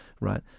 right